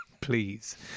Please